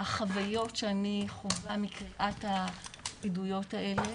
החוויות שאני חווה מקריאת העדויות האלה